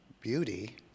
beauty